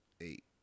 eight